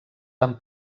van